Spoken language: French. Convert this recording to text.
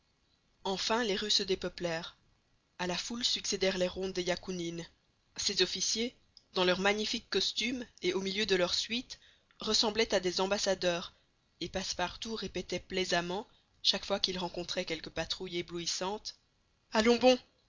enfin les rues se dépeuplèrent a la foule succédèrent les rondes des yakounines ces officiers dans leurs magnifiques costumes et au milieu de leur suite ressemblaient à des ambassadeurs et passepartout répétait plaisamment chaque fois qu'il rencontrait quelque patrouille éblouissante allons bon